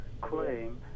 claim